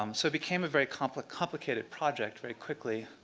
um so became a very complicated complicated project very quickly.